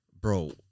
Bro